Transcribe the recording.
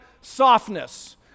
softness